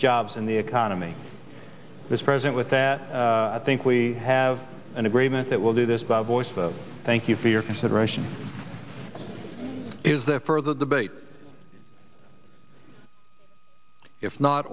jobs in the economy this president with that i think we have an agreement that will do this by voice thank you for your consideration is that for the debate if not